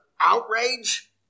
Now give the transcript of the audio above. outrage